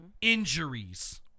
injuries